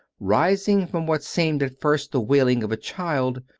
rising from what seemed at first the wailing of a child,